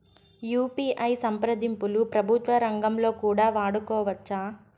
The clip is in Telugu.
యు.పి.ఐ సంప్రదింపులు ప్రభుత్వ రంగంలో కూడా వాడుకోవచ్చా?